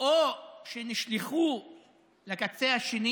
או שנשלחו לקצה השני